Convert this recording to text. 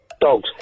Dogs